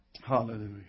Hallelujah